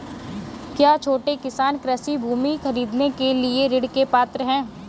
क्या छोटे किसान कृषि भूमि खरीदने के लिए ऋण के पात्र हैं?